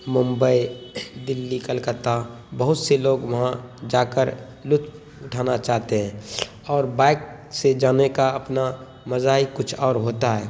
ممبئی دہلی کلکتہ بہت سے لوگ وہاں جا کر لطف اٹھانا چاہتے ہیں اور بائک سے جانے کا اپنا مزہ ہی کچھ اور ہوتا ہے